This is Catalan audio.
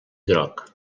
groc